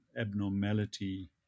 abnormality